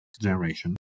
generation